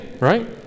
right